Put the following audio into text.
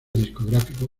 discográfico